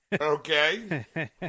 Okay